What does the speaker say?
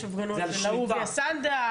יש הפגנות של אהוביה סנדק,